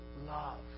love